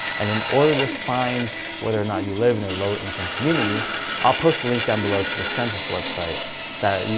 and in order to find whether or not you live in a low-income community i'll post a link down below to the census website that,